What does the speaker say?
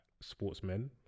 sportsmen